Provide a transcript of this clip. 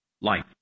Life